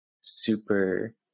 super